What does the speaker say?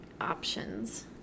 options